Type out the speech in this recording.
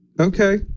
Okay